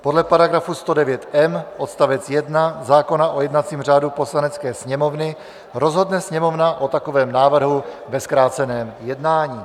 Podle § 109m odst. 1 zákona o jednacím řádu Poslanecké sněmovny rozhodne Sněmovna o takovém návrhu ve zkráceném jednání.